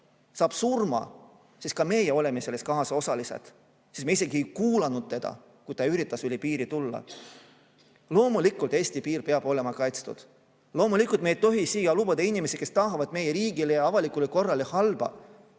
saab surma, siis ka meie oleme selles kaasosalised, sest me isegi ei kuulanud teda, kui ta üritas üle piiri tulla. Loomulikult Eesti piir peab olema kaitstud. Loomulikult me ei tohi siia lubada inimesi, kes tahavad meie riigile ja avalikule korrale halba.